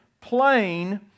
plain